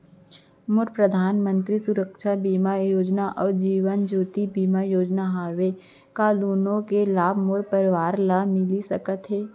मोर परधानमंतरी सुरक्षा बीमा योजना अऊ जीवन ज्योति बीमा योजना हवे, का दूनो के लाभ मोर परवार ल मिलिस सकत हे?